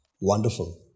Wonderful